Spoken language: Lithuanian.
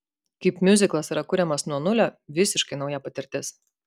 kaip miuziklas yra kuriamas nuo nulio visiškai nauja patirtis